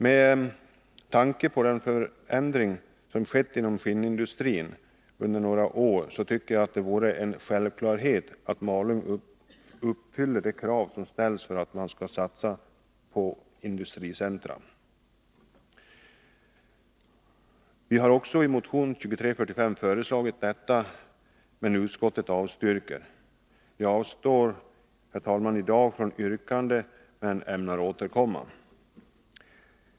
Med tanke på den förändring som har skett inom skinnindustrin under några år tycker jag att det är en självklarhet att Malung anses uppfylla de krav som ställs för att man skall satsa på industricentra. Vi har i motion 2345 också föreslagit detta, men utskottet har avstyrkt motionen. Jag avstår, herr talman, från yrkande i dag, men ämnar återkomma.